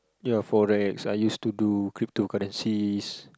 you know Forex I used to do cryptocurrencies